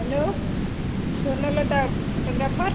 hello Swarnalata photographer